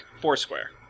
Foursquare